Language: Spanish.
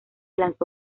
lanzó